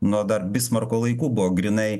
nuo dar bismarko laikų buvo grynai